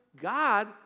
God